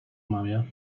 mamie